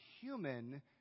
human